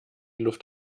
luft